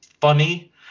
funny